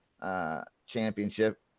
championship